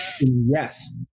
Yes